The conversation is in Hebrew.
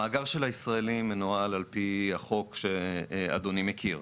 המאגר של הישראלים מנוהל על פי החוק שאדוני מכיר,